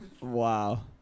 Wow